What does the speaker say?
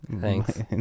Thanks